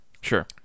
sure